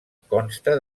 consta